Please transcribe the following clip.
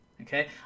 okay